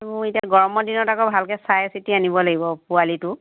সেইবোৰ এতিয়া গৰমৰ দিনত আকৌ ভালকৈ চাই চিটি আনিব লাগিব পোৱালিটো